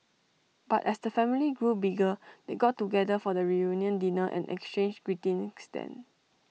but as the family grew bigger they got together for the reunion dinner and exchanged greetings then